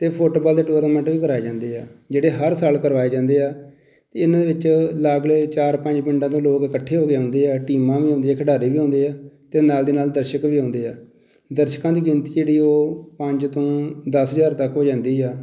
ਅਤੇ ਫੁਟਬਾਲ ਦੇ ਟੂਰਨਾਮੈਂਟ ਵੀ ਕਰਾਏ ਜਾਂਦੇ ਆ ਜਿਹੜੇ ਹਰ ਸਾਲ ਕਰਵਾਏ ਜਾਂਦੇ ਆ ਇਹਨਾਂ ਦੇ ਵਿੱਚ ਲਾਗਲੇ ਚਾਰ ਪੰਜ ਪਿੰਡਾਂ ਤੋਂ ਲੋਕ ਇਕੱਠੇ ਹੋ ਕੇ ਆਉਂਦੇ ਆ ਟੀਮਾਂ ਵੀ ਆਉਂਦੀਆਂ ਖਿਡਾਰੀ ਵੀ ਆਉਂਦੇ ਆ ਅਤੇ ਨਾਲ ਦੀ ਨਾਲ ਦਰਸ਼ਕ ਵੀ ਆਉਂਦੇ ਆ ਦਰਸ਼ਕਾਂ ਦੀ ਗਿਣਤੀ ਜਿਹੜੀ ਉਹ ਪੰਜ ਤੋਂ ਦਸ ਹਜ਼ਾਰ ਤੱਕ ਹੋ ਜਾਂਦੀ ਆ